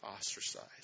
ostracized